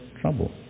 trouble